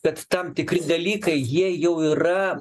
kad tam tikri dalykai jie jau yra